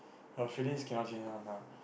your feelings cannot change one ah